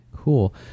Cool